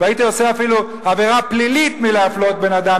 והייתי עושה אפילו עבירה פלילית מאפליית אדם,